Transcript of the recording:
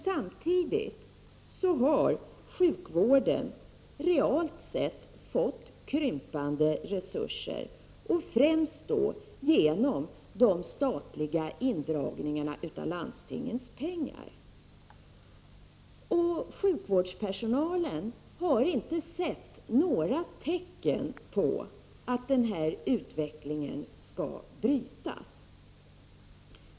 Samtidigt har sjukvården realt sett fått krympande resurser, främst genom de statliga indragningarna av bidrag till landstingen. Sjukvårdspersonalen har inte sett några tecken på att den utvecklingen skall brytas.